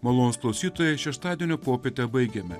malonūs klausytojai šeštadienio popietę baigėme